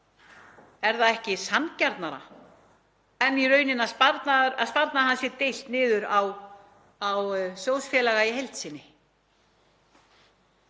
Er það ekki sanngjarnara en í rauninni að sparnaði hans sé deilt niður á sjóðfélaga í heild sinni?